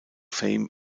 fame